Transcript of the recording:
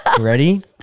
Ready